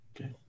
Okay